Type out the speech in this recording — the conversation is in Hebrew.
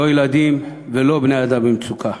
לא ילדים ולא בני-אדם במצוקה.